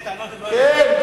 כן,